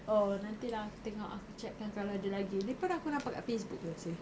oh nanti lah aku tengok aku check kan kalau ada lagi ni pun aku nampak kat facebook lah sia